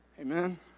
Amen